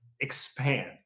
expand